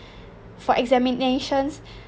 for examinations